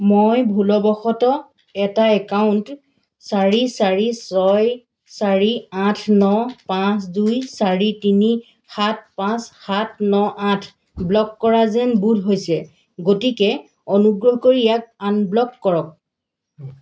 মই ভুলবশতঃ এটা একাউণ্ট চাৰি চাৰি ছয় চাৰি আঠ ন পাঁচ দুই চাৰি তিনি সাত পাঁচ সাত ন আঠ ব্লক কৰা যেন বোধ হৈছে গতিকে অনুগ্ৰহ কৰি ইয়াক আনব্লক কৰক